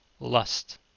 Lust